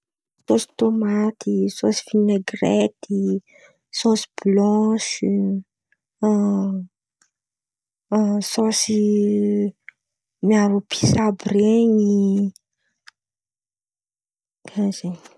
Karazan̈a sôsy haiko ndraiky zen̈y karà sôsy tômaty, sôsy vinaigiraity, sôsy bilansy, sôsy miaro episy àby ren̈y zay zen̈y.